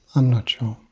i'm not sure.